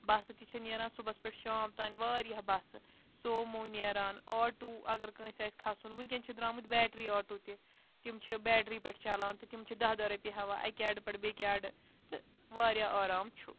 بَسہٕ تہِ چھےٚ نیران صُبحَس پٮ۪ٹھ شام تام واریاہ بَسہٕ سومو نیران آٹوٗ اَگر کٲنٛسہِ آسہِ کھسُن وٕنۍکٮ۪ن چھِ درٛامٕتۍ بیٹرٛی آٹوٗ تہِ تِم چھِ بیٹرٛی پٮ۪ٹھ چلان تہٕ تِم چھِ دَہ دَہ رۄپیہِ ہٮ۪وان اَکہِ اَڈٕ پٮ۪ٹھ بیٚکہِ اَڈٕ تہٕ واریاہ آرام چھُ